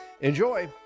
Enjoy